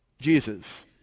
Jesus